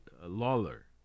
Lawler